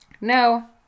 no